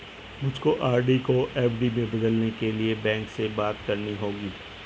मुझको आर.डी को एफ.डी में बदलने के लिए बैंक में बात करनी होगी